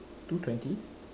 two twenty